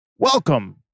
Welcome